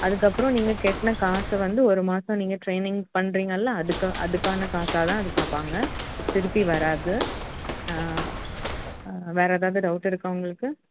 அதுக்கப்புறம் நீங்கள் கட்ன காசை வந்து ஒரு மாதம் நீங்கள் ட்ரைனிங் பண்ணுறீங்கள்ல அதுக்கு அதுக்கான காசாகதான் அது பார்ப்பாங்க திருப்பி வராது வேறு ஏதாவது டவுட் இருக்கா உங்களுக்கு